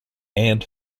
and